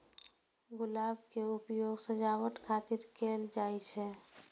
गुलाब के उपयोग सजावट खातिर कैल जाइ छै